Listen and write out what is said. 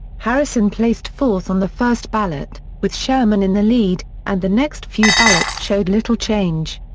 harrison placed fourth on the first ballot, with sherman in the lead, and the next few ballots showed little change.